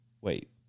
Wait